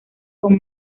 con